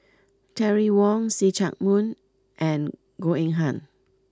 Terry Wong See Chak Mun and Goh Eng Han